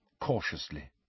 cautiously